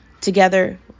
Together